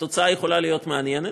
התוצאה יכולה להיות מעניינת.